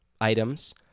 items